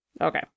Okay